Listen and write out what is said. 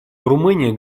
румыния